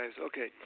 Okay